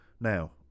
now